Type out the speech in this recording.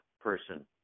person